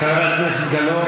חברת הכנסת גלאון.